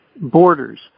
borders